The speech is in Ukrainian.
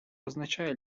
означає